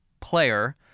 player